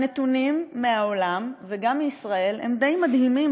והנתונים מהעולם וגם מישראל הם די מדהימים